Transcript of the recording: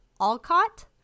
Alcott